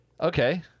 Okay